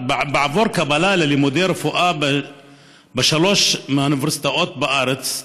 בעבור קבלה ללימודי רפואה בשלוש מהאוניברסיטאות בארץ,